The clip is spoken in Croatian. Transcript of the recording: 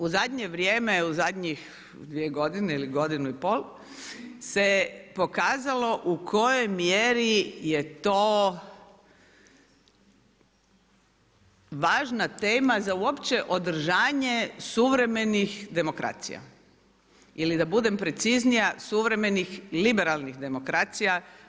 U zadnje vrijeme, u zadnjih dvije godine ili godinu i pol se pokazalo u kojoj mjeri je to važna tema za uopće održanje suvremenih demokracija ili da budem preciznija suvremenih liberalnih demokracija.